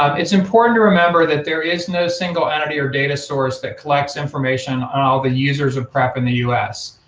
um it's important to remember that there is no single entity or data source that collects information on all the users of prep in the u s,